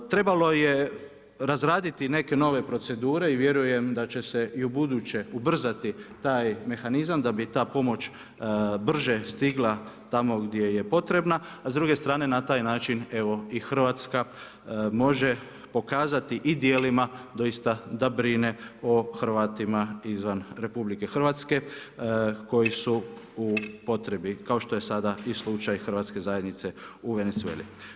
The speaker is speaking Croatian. Trebalo je razraditi neke nove procedure i vjerujem da će se i u buduće ubrzati taj mehanizam, da bi ta pomoć brže stigla tamo gdje je potrebna, a s druge strane na taj način evo i Hrvatska može pokazati i dijelima doista, da brine o Hrvatima izvan RH, koji su u potrebi, kao što je sada i slučaj i hrvatske zajednice u Venezueli.